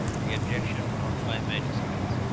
the objection brought by magistrates,